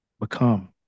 become